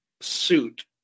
suit